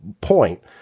point